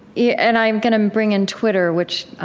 yeah and i'm going to bring in twitter, which